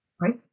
right